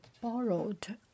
borrowed